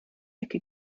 ecke